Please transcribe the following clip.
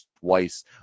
twice